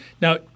Now